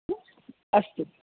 अस्तु